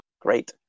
Great